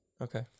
okay